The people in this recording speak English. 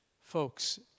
folks